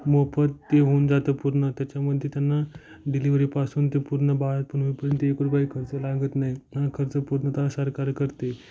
मोफत ते होऊन जातं पूर्ण त्याच्यामध्ये त्यांना डिलिव्हरी पासून ते पूर्ण बाळंतपण होईपर्यंत एक रुपयाही खर्च लागत नाही खर्च पूर्णतः सरकार करते